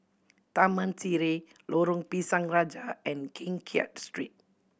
Taman Sireh Lorong Pisang Raja and Keng Kiat Street